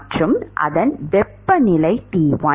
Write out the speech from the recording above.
மற்றும் அதன் வெப்பநிலை T 1